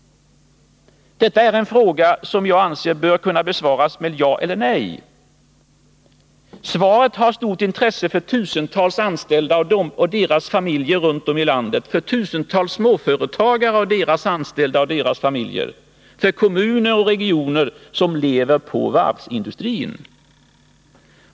Detta är en fråga som jag anser bör kunna besvaras med ja eller nej. Svaret har stort intresse för tusentals anställda och deras familjer runt om i landet, för tusentals småföretagare och deras anställda och deras familjer, för kommuner och regioner som lever på varvsindustrin.